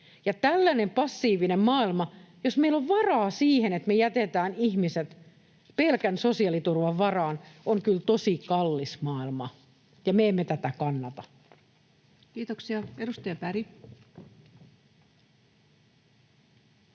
Tällainen passiivinen maailma, jossa meillä on varaa siihen, että me jätetään ihmiset pelkän sosiaaliturvan varaan, on kyllä tosi kallis maailma, ja me emme tätä kannata. [Speech 209] Speaker: